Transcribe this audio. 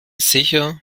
sicher